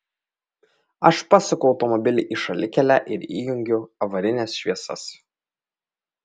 aš pasuku automobilį į šalikelę ir įjungiu avarines šviesas